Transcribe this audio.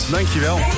Dankjewel